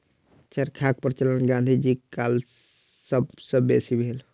चरखाक प्रचलन गाँधी जीक काल मे सब सॅ बेसी भेल